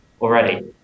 already